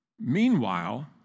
Meanwhile